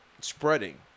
spreading